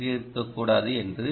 அதிகரிக்கக்கூடாது என்று